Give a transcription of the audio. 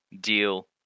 deal